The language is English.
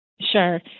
Sure